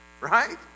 right